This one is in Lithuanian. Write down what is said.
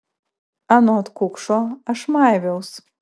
anot kukšo aš maiviaus